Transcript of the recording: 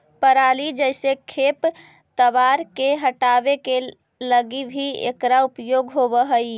पराली जईसे खेप तवार के हटावे के लगी भी इकरा उपयोग होवऽ हई